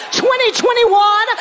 2021